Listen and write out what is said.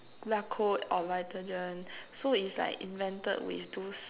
Yakult or Vitagen so is like invented with those